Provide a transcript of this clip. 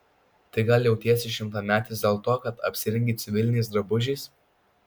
tai gal jautiesi šimtametis dėl to kad apsirengei civiliniais drabužiais